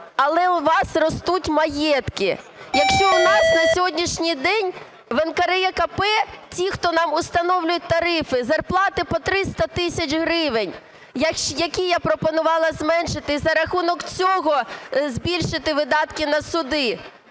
але у вас ростуть маєтки. Якщо у нас на сьогоднішній день в НКРЕКП ті, хто нам встановлюють тарифи, зарплати по 300 тисяч гривень, які я пропонувала зменшити і за рахунок цього збільшити видатки на суди.